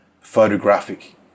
photographic